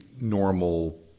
normal